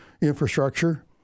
infrastructure